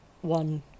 one